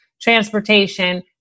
transportation